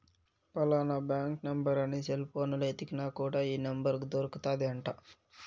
ఫలానా bank number అని cell పోనులో ఎతికిన కూడా ఈ నెంబర్ దొరుకుతాది అంట